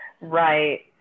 Right